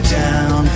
down